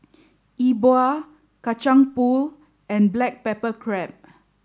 E Bua Kacang Pool and Black Pepper Crab